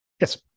Yes